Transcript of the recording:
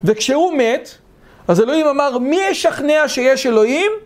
וכשהוא מת, אז אלוהים אמר, מי ישכנע שיש אלוהים?